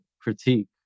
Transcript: critique